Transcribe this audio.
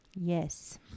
yes